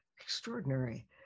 extraordinary